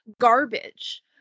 garbage